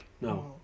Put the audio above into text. no